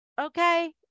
okay